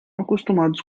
acostumados